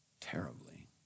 terribly